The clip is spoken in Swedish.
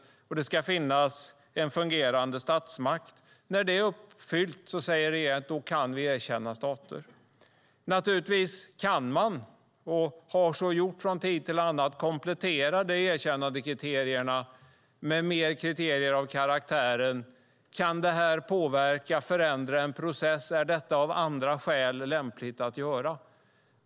Det ska finnas en fungerande statsmakt. När detta är uppfyllt säger regeringen att den kan erkänna stater. Man kan, och har så gjort från tid till annan, komplettera dessa erkännandekriterier med kriterier av karaktären: Kan detta påverka och förändra en process? Är detta av andra skäl lämpligt att göra?